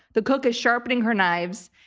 the cook is sharpening her knives,